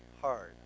hard